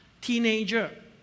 teenager